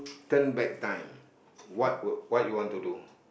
turn back time what would what you want to do